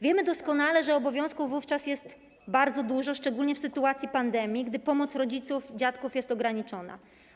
Wiemy doskonale, że obowiązków wówczas jest bardzo dużo, szczególnie w sytuacji pandemii, gdy pomoc rodziców, dziadków jest ograniczona.